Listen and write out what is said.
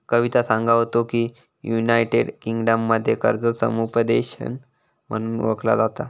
कविता सांगा होता की, युनायटेड किंगडममध्ये कर्ज समुपदेशन म्हणून ओळखला जाता